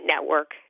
network